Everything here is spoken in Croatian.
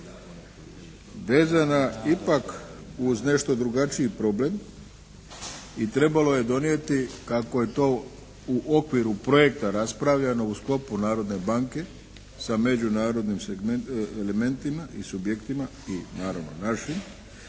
vezana ipak uz nešto drugačiji problem i trebalo je donijeti kako je to u okviru projekta raspravljano u sklopu Narodne banke sa međunarodnim elementima i subjektima i naravno našim,